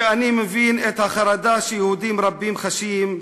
ואני מבין את החרדה שיהודים רבים חשים.